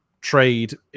trade